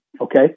okay